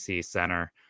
center